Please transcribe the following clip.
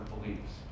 believes